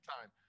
time